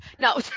No